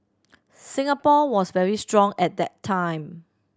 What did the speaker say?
Singapore was very strong at that time